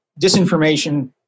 disinformation